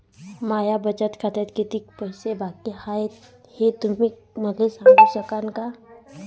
माया बचत खात्यात कितीक पैसे बाकी हाय, हे तुम्ही मले सांगू सकानं का?